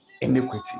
iniquity